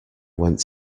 went